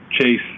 chase